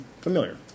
familiar